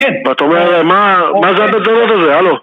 מה את אומרת? מה זה הדבר הזה? הלו